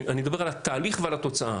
אני מדבר על התהליך ועל התוצאה